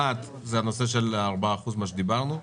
האחת, הנושא של 4 אחוזים, מה שדיברנו עליו,